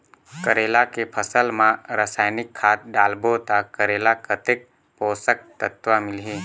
करेला के फसल मा रसायनिक खाद डालबो ता करेला कतेक पोषक तत्व मिलही?